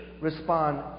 respond